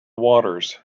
waters